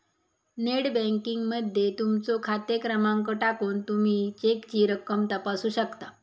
net banking मध्ये तुमचो खाते क्रमांक टाकून तुमी चेकची रक्कम तपासू शकता